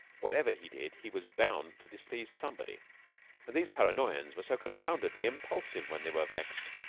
whatever he did, he was bound to displease somebody and these paranoyans were so confoundedly impulsive when they were vexed.